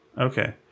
okay